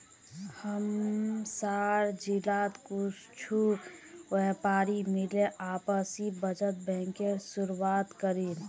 हमसार जिलात कुछु व्यापारी मिले आपसी बचत बैंकेर शुरुआत करील